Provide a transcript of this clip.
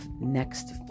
next